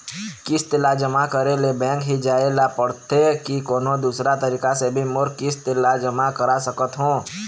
किस्त ला जमा करे ले बैंक ही जाए ला पड़ते कि कोन्हो दूसरा तरीका से भी मोर किस्त ला जमा करा सकत हो?